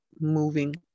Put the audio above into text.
moving